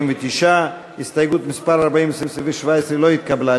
59. הסתייגות מס' 40 לסעיף 17 לא התקבלה.